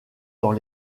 dans